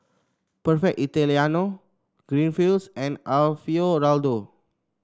Perfect Italiano Greenfields and Alfio Raldo